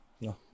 No